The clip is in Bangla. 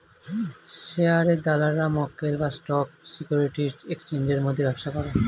শেয়ারের দালালরা মক্কেল বা স্টক সিকিউরিটির এক্সচেঞ্জের মধ্যে ব্যবসা করে